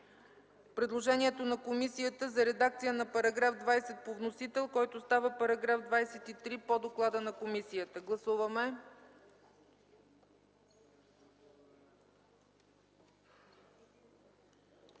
предложението на комисията за редакция на § 20 по вносител, който става § 23, по доклада на комисията. Гласували